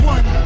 One